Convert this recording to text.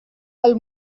del